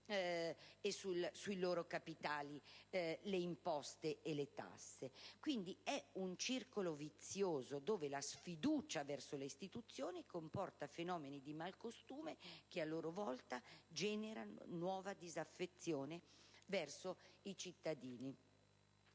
e sui loro capitali le imposte e le tasse. È un circolo vizioso, per cui la sfiducia verso le istituzioni comporta fenomeni di malcostume che, a loro volta, generano nuova disaffezione nei cittadini.